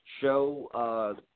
Show